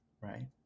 right